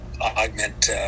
augment